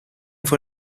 fue